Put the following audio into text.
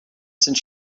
since